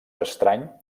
estrany